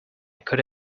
could